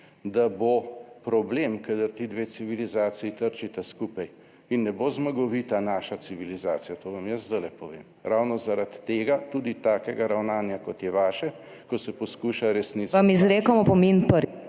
da bo problem, kadar ti dve civilizaciji trčita skupaj in ne bo zmagovita naša civilizacija. To vam jaz zdajle povem. Ravno zaradi tega, tudi takega ravnanja, kot je vaše, ko se poskuša resnico…